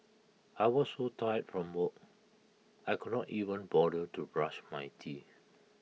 I was so tired from work I could not even bother to brush my teeth